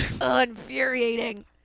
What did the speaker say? Infuriating